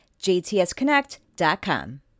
jtsconnect.com